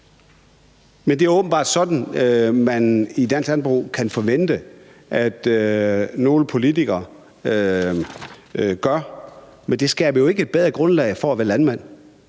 Det er så åbenbart sådan, man i dansk landbrug kan forvente at nogle politikere gør, men det skaber jo ikke et bedre grundlag for at være landmand;